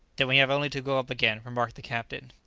then we have only to go up again, remarked the captain.